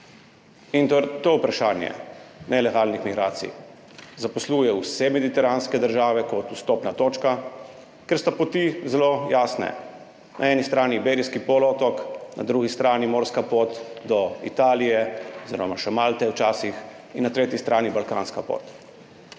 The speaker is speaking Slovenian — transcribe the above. In to vprašanje nelegalnih migracij zaposluje vse mediteranske države kot vstopne točke, ker so poti zelo jasne, na eni strani Iberijski polotok, na drugi strani morska pot do Italije oziroma še Malte včasih in na tretji strani balkanska pot.